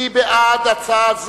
מי בעד הצעה זו,